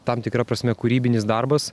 tam tikra prasme kūrybinis darbas